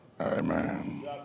amen